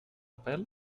pèl